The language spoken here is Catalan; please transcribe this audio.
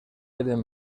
eren